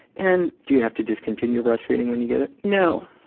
and do you have to discontinue breastfeeding when you get it? no,